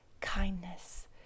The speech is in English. kindness